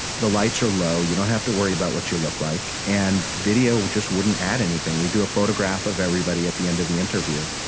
the lights are low. you don't have to worry about what you look like. and video just wouldn't add anything. we do a photograph of everybody at the end of the interview.